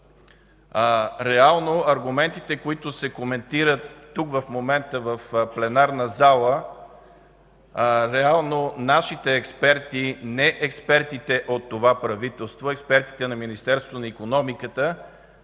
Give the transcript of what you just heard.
Реално аргументите, които се коментират тук, в момента, в пленарна зала, нашите експерти, не експертите от това правителство, а експертите на Министерството на икономиката